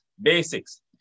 basics